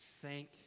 thank